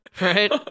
right